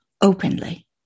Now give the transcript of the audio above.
openly